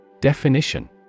Definition